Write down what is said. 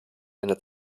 einer